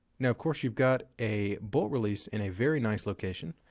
now, of course, you've got a bolt release in a very nice location,